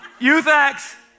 YouthX